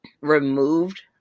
removed